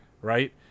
right